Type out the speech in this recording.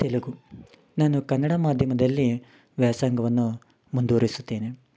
ತೆಲುಗು ನಾನು ಕನ್ನಡ ಮಾಧ್ಯಮದಲ್ಲಿ ವ್ಯಾಸಂಗವನ್ನು ಮುಂದುವರಿಸುತ್ತೇನೆ